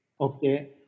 Okay